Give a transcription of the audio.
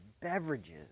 Beverages